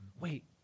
Wait